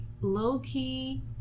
low-key